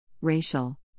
racial